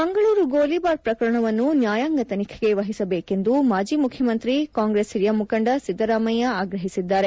ಮಂಗಳೂರು ಗೋಲಿಬಾರ್ ಪ್ರಕರಣವನ್ನು ನ್ಯಾಯಾಂಗ ತನಿಖೆಗೆ ವಹಿಸಬೇಕೆಂದು ಮಾಜಿ ಮುಖ್ಯಮಂತ್ರಿ ಕಾಂಗ್ರೆಸ್ ಹಿರಿಯ ಮುಖಂಡ ಸಿದ್ದರಾಮಯ್ಯ ಆಗ್ರಹಿಸಿದ್ದಾರೆ